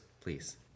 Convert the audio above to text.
please